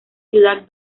ciudad